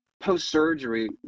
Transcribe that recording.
post-surgery